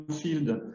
field